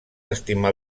estimar